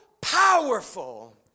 powerful